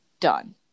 Done